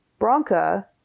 Bronca